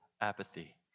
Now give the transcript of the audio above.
apathy